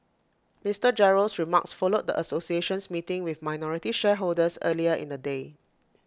Mister Gerald's remarks followed the association's meeting with minority shareholders earlier in the day